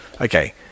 Okay